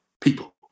people